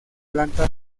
planta